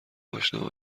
آشنا